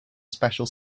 special